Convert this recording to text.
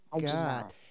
god